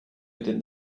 within